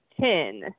ten